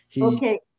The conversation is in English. Okay